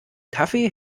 kaffee